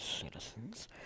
citizens